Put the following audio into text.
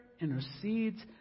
intercedes